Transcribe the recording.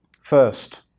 First